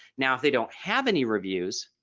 now if they don't have any reviews